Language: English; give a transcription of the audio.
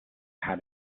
how